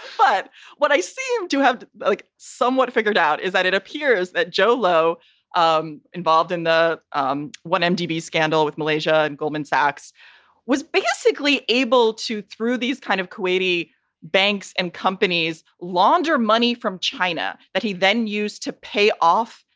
but what i see you do have like somewhat figured out is that it appears that joe low um involved in the um one um mdd scandal with malaysia and goldman sachs was basically able to, through these kind of kuwaiti banks and companies, launder money from china that he then used to pay off,